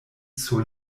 sur